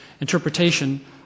interpretation